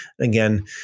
Again